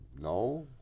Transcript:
no